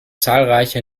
zahlreiche